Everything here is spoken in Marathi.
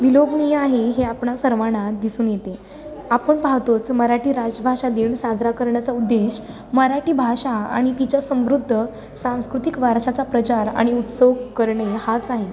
विलोभनीय आहे हे आपणा सर्वांना दिसून येते आपण पाहतोच मराठी राजभाषा दिन साजरा करण्याचा उद्देश मराठी भाषा आणि तिच्या समृद्ध सांस्कृतिक वारशाचा प्रचार आणि उत्सव करणे हाच आहे